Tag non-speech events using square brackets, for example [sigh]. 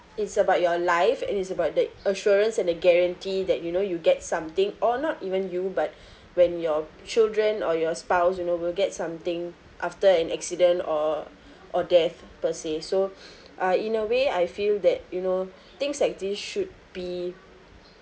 it's about your life it is about that assurance and a guarantee that you know you get something or not even you but [breath] when your children or your spouse you know we'll get something after an accident or or death per se so [breath] uh in a way I feel that you know things like this should be